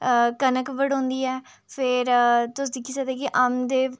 कनक बडोंदी ऐ फिर तुस दिक्खी सकदे कि आंदे